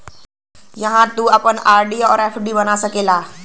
इहाँ तू आपन आर.डी अउर एफ.डी बना सकेला